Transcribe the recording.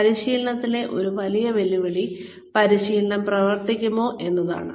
പരിശീലനത്തിലെ ഒരു വലിയ വെല്ലുവിളി പരിശീലനം പ്രവർത്തിക്കുമോ എന്നതാണ്